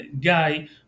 guy